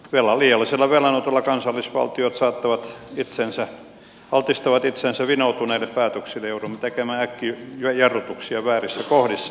liiallisella velanotolla kansallisvaltiot altistavat itsensä vinoutuneille päätöksille joudumme tekemään äkkijarrutuksia väärissä kohdissa